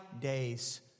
days